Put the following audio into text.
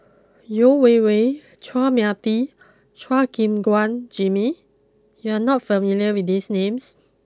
Yeo Wei Wei Chua Mia Tee Chua Gim Guan Jimmy you are not familiar with these names